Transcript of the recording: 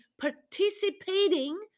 participating